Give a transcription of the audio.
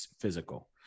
physical